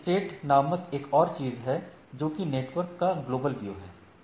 link state नामक एक और चीज है जोकि नेटवर्क का ग्लोबल व्यू है